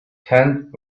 tent